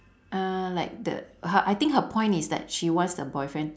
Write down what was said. uh like the her I think her point is that she wants the boyfriend